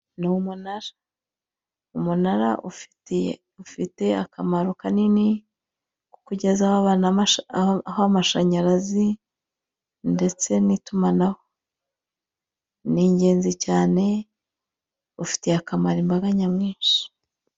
Ni umunara, umunara ufitiye, ufite akamaro kanini, ko kugezaho abantu ho amashanyarazi ndetse n'itumanaho, ni ingenzi cyane, ufitiye akamaro imbaga nyamwinshi.